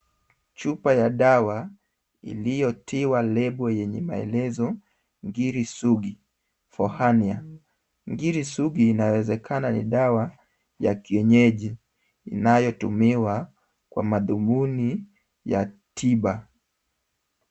Chupa ya dawa iliyotiwa lebo yenye maelezo Ngiri Sugu for hernia . Ngiri Sugu inawezekana ni dawa ya kienyeji inayotumiwa kwa madhumuni ya tiba.